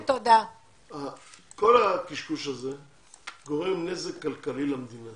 כל הדבר הזה גורם נזק כלכלי למדינה.